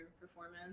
performance